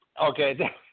okay